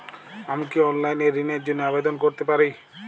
আমি কি অনলাইন এ ঋণ র জন্য আবেদন করতে পারি?